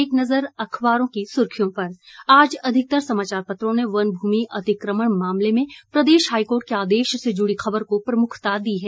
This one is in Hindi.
एक नज़र अखबारों की सुर्खियों पर आज अधिकतर समाचार पत्रों ने वन भूमि अतिकमण मामले में प्रदेश हाईकोर्ट के आदेश से जुड़ी खबर को प्रमुखता दी है